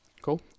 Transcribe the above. Cool